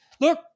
look